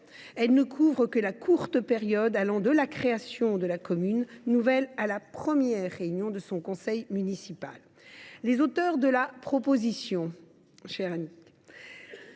elle ne couvre que la courte période allant de la création de la commune nouvelle à la première réunion de son conseil municipal. Par conséquent, les auteurs de la proposition de loi